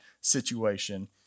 situation